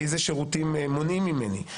איזה שירותים מונעים ממני,